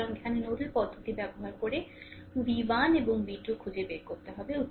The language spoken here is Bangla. সুতরাং এখানে নোডাল পদ্ধতি ব্যবহার করে v1 এবং v2 খুঁজে বের করতে হবে